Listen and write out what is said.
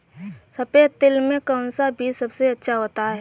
सफेद तिल में कौन सा बीज सबसे अच्छा होता है?